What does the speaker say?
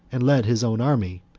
and led his own army,